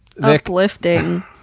Uplifting